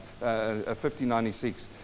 1596